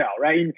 right